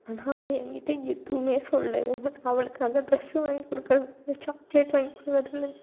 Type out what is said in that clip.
ஆனால் அவள் என்கிட்டே எதுவும் சொல்ல மாட்டாள் அவளுக்காக ட்ரெஸ்ஸு வாங்கிக் கொடுக்குறது சாக்லேட் வாங்கிக் கொடுக்குறதுலேந்து